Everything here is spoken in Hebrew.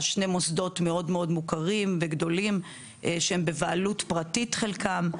שני מוסדות מאוד מוכרים וגדולים שבהם בבעלות פרטית חלקם,